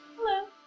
Hello